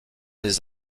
des